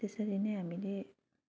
त्यसरी नै हामीले